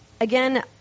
Again